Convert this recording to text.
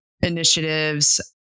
initiatives